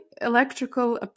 electrical